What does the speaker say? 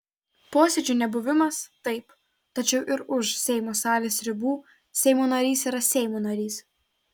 posėdžių nebuvimas taip tačiau ir už seimo salės ribų seimo narys yra seimo narys